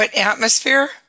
atmosphere